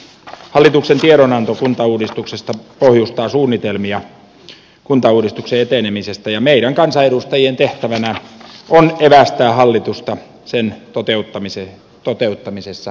hallituksen tiedonanto kuntauudistuksesta pohjustaa suunnitelmia kuntauudistuksen etenemisestä ja meidän kansanedustajien tehtävänä on evästää hallitusta sen toteuttamisessa